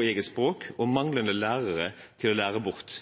eget språk og manglende lærere til å lære bort.